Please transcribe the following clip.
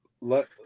let